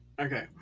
Okay